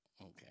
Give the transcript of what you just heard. Okay